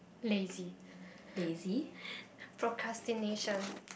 lazy procrastination